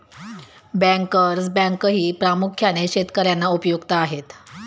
bankers बँकही प्रामुख्याने शेतकर्यांना उपयुक्त आहे